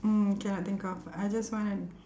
mm cannot think of I just wanna